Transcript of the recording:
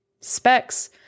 specs